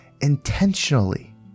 intentionally